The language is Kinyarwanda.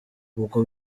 uko